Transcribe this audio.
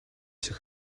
шиг